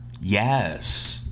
yes